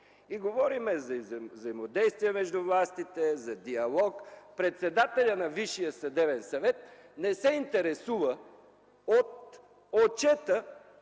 Говорим за взаимодействие между властите, за диалог. Председателят на Висшия съдебен съвет не се интересува от отчета